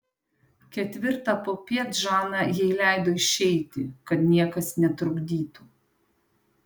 ketvirtą popiet žana jai leido išeiti kad niekas netrukdytų